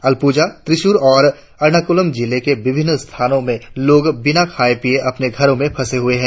अलपुजा त्रिस्सूर और एर्नाकुलम जिलों के विभिन्न स्थानो में लोग बिना खाये पीये अपने घरो में फंसे हुए है